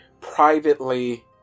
privately